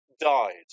died